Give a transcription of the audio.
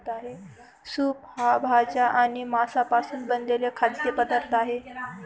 soup हा भाज्या आणि मांसापासून बनवलेला खाद्य पदार्थ आहे